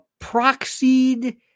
proxied